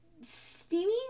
steamy